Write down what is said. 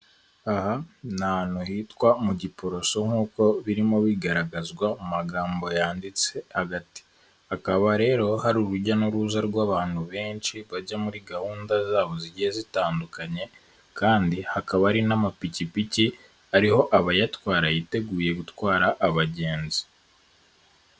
Aha ni ahantu hitwa mu giporoso nk'uko birimo bigaragazwa mu magambo yanditse hakaba rero hari urujya n'uruza rw'abantu benshi bajya muri gahunda zabo zigiye zitandukanye kandi hakaba hari n'amapikipiki ariho abayatwara yiteguye gutwara abagenzi.